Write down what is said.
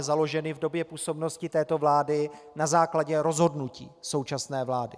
založeny v době působnosti této vlády na základě rozhodnutí současné vlády.